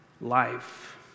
life